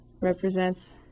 represents